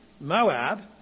Moab